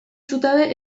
zutabe